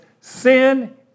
Sin